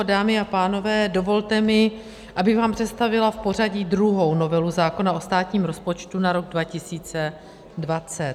Dámy a pánové, dovolte mi, abych vám představila v pořadí druhou novelu zákona o státním rozpočtu na rok 2020.